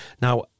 Now